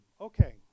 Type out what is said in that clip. Okay